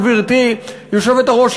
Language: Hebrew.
גברתי היושבת-ראש,